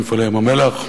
"מפעלי ים-המלח",